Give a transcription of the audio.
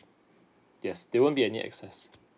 yes there won't be any access